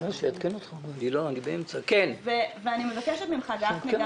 אני מבקשת ממך, גפני,